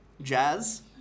Jazz